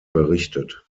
berichtet